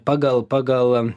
pagal pagal